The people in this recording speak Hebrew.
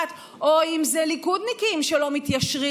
אם אלה בתי המשפט או אם אלה ליכודניקים שלא מתיישרים,